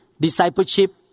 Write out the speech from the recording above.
discipleship